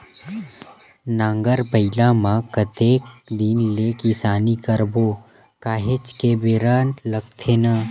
नांगर बइला म कतेक दिन ले किसानी करबो काहेच के बेरा लगथे न